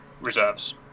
reserves